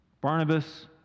Barnabas